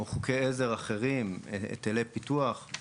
או חוקי עזר אחרים (היטלי פיתוח),